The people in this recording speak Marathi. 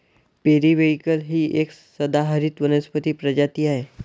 पेरिव्हिंकल ही एक सदाहरित वनस्पती प्रजाती आहे